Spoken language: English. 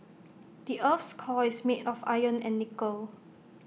the Earth's core is made of iron and nickel